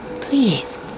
Please